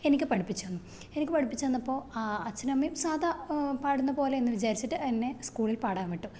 എനിക്ക് പഠിപ്പിച്ചന്നു എനിക്ക് പഠിപ്പിച്ചന്നപ്പോൾ അച്ഛനു അമ്മയും സാധാരണ പാടുന്ന പോലെയെന്ന് വിചാരിച്ചിട്ട് എന്നെ സ്കൂളില് പാടാന് വിട്ടു